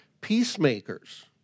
peacemakers